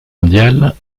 mondiale